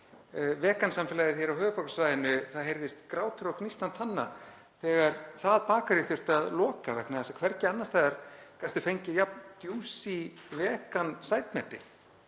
Vegan samfélagið hér á höfuðborgarsvæðinu — það heyrðist grátur og gnístran tanna þegar það bakarí þurfti að loka vegna þess að hvergi annars staðar gastu fengið jafn djúsí vegan sætmeti.